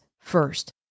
first